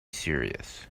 serious